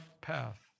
path